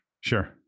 Sure